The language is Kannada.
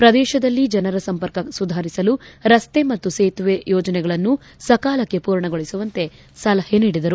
ಪ್ರದೇಶದಲ್ಲಿ ಜನರ ಸಂಪರ್ಕ ಸುಧಾರಿಸಲು ರಸ್ತೆ ಮತ್ತು ಸೇತುವೆ ಯೋಜನೆಗಳನ್ನು ಸಕಾಲಕ್ಕೆ ಪೂರ್ಣಗೊಳಿಸುವಂತೆ ಸಲಹೆ ನೀಡಿದರು